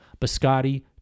Biscotti